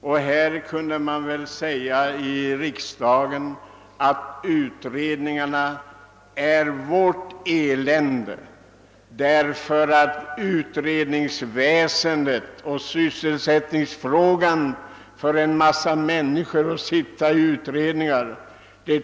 Här i riksdagen kan vi väl säga, att utredningarna är vårt elände. Det väsentliga med utredningsväsendet tycks vara att en massa människor skall beredas sysselsättning genom utredningsarbete.